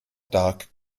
dark